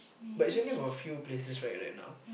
but is only for a few places right right now